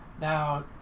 Now